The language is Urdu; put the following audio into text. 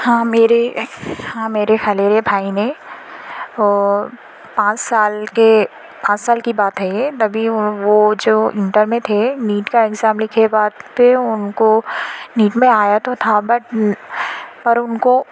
ہاں میرے ہاں میرے خلیرے بھائی نے پانچ سال کے پانچ سال کی بات ہے یہ تبھی وہ جو انٹر میں تھے نیٹ کا اگزام لکھے بعد پھر ان کو نیٹ میں آیا تو تھا بٹ پر ان کو